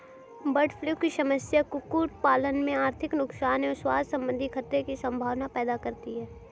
bird flu की समस्या कुक्कुट पालन में आर्थिक नुकसान एवं स्वास्थ्य सम्बन्धी खतरे की सम्भावना पैदा करती है